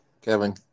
Kevin